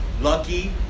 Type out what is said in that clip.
Lucky